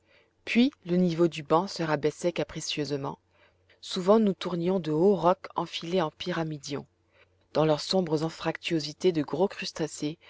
puis le niveau du banc se rabaissait capricieusement souvent nous tournions de hauts rocs effilés en pyramidions dans leurs sombres anfractuosités de gros crustacés